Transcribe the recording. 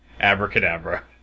Abracadabra